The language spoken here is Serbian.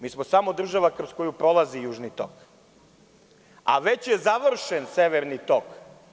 Mi smo samo država kroz koju prolazi Južni tok, a već je završen Severni tok.